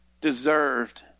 deserved